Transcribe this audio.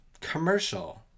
commercial